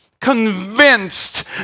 convinced